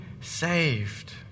saved